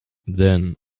then